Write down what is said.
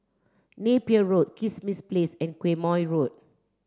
Napier Road Kismis Place and Quemoy Road